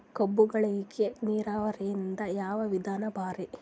ಕಬ್ಬುಗಳಿಗಿ ನೀರಾವರಿದ ಯಾವ ವಿಧಾನ ಭಾರಿ?